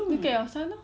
look at your son lor